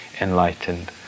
enlightened